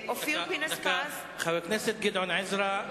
חבר הכנסת גדעון עזרא,